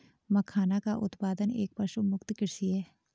मखाना का उत्पादन एक पशुमुक्त कृषि है